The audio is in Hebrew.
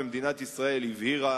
ומדינת ישראל הבהירה,